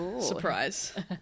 Surprise